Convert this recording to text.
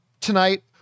tonight